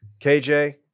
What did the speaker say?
KJ